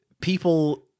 people